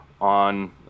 on